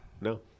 No